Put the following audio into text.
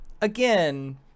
again